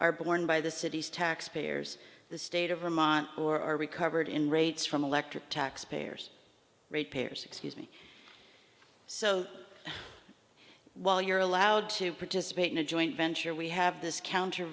are borne by the city's taxpayers the state of vermont or recovered in rates from electric taxpayers rate payers excuse me so while you're allowed to participate in a joint venture we have this